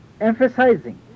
emphasizing